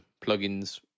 plugins